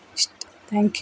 ಇಷ್ಟೆ thank you